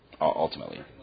ultimately